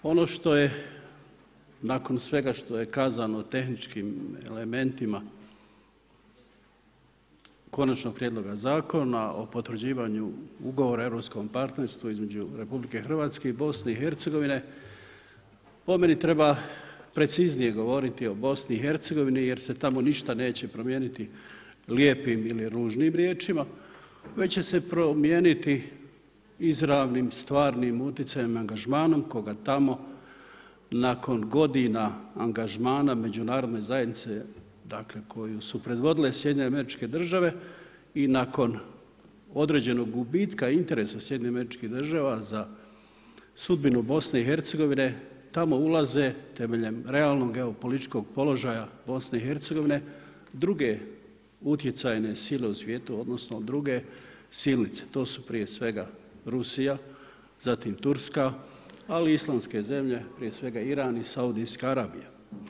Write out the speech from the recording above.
Ono što je nakon svega što je kazano tehničkim elementima, konačnog prijedloga zakona o potvrđivanju o europskom partnerstvu između RH i BIH po meni treba preciznije govoriti o BIH jer se tamo ništa neće promijeniti lijepim ili ružnim riječima, već će se promijeniti izravnim, stvarnim utjecajem i angažmanom, koga tamo, nakon godina angažmana međunarodne zajednice, koje su provodile SAD i nakon određenog gubitka interesa SAD za sudbinu BIH tamo ulaze temeljem realnog geopolitičkog položaja BiH druge utjecajne sile u svijetu, odnosno druge silnice, to su prije svega Rusija, zatim Turska, ali Islandske zemlje, prije svega Iran i Saudijska Arabija.